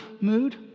mood